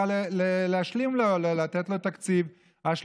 להתפלפל, להגיד "עד", ולא 20%,